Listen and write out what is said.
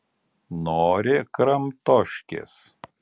nori kramtoškės